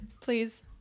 please